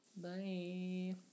Bye